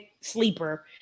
Sleeper